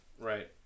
Right